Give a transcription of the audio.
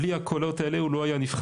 בלי הקולות האלה הוא לא היה נבחר.